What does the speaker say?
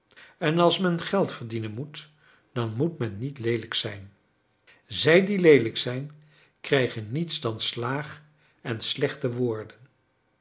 en als men geld verdienen moet dan moet men niet leelijk zijn zij die leelijk zijn krijgen niets dan slaag en slechte woorden